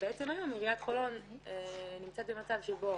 עיריית חולון נמצאת היום במצב שבו